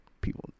people